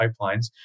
pipelines